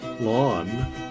lawn